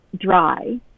dry